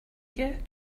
you